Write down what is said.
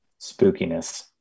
spookiness